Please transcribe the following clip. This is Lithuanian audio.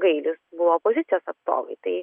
gailius buvo opozicijos atstovai